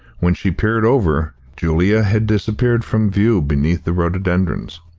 when she peered over, julia had disappeared from view beneath the rhododendrons.